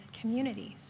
communities